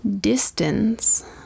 distance